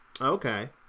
Okay